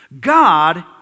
God